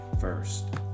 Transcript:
first